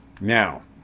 Now